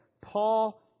Paul